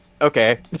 okay